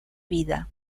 vida